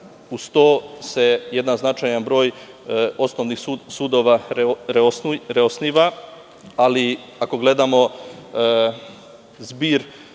uz to se jedan značajan broj osnovnih sudova reosniva. Ali, ako gledamo zbir